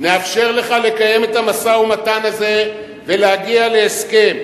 נאפשר לך לקיים את המשא-ומתן הזה ולהגיע להסכם.